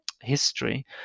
history